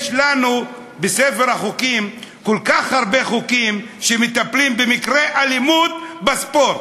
יש לנו בספר החוקים כל כך הרבה חוקים שמטפלים במקרי אלימות בספורט.